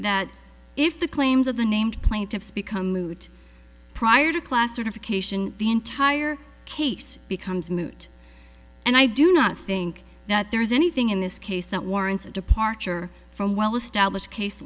that if the claims of the named plaintiffs become moot prior to class certification the entire case becomes moot and i do not think that there's anything in this case that warrants a departure from well established case